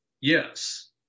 Yes